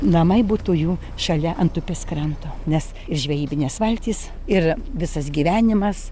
namai būtų jų šalia ant upės kranto nes žvejybinės valtys ir visas gyvenimas